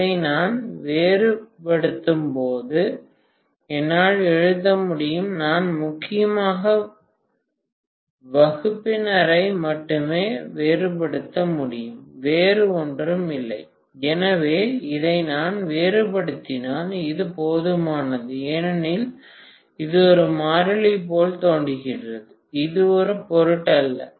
இதை நான் வேறுபடுத்தும்போது என்னால் எழுத முடியும் நான் முக்கியமாக வகுப்பினரை மட்டுமே வேறுபடுத்த வேண்டும் வேறு ஒன்றும் இல்லை எனவே இதை நான் வேறுபடுத்தினால் இது போதுமானது ஏனெனில் இது ஒரு மாறிலி போல் தோன்றுகிறது இது ஒரு பொருட்டல்ல